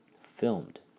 filmed